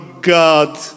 God